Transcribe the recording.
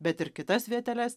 bet ir kitas vieteles